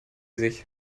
sich